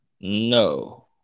No